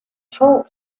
talk